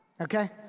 okay